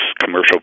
commercial